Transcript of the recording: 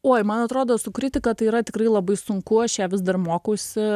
uoj man atrodo su kritika tai yra tikrai labai sunku aš ją vis dar mokausi